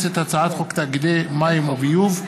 מספר תאגידי המים והביוב),